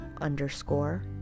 underscore